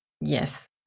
yes